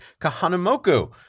Kahanamoku